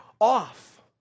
off